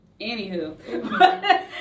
Anywho